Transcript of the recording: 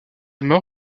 mort